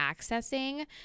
accessing